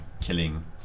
killing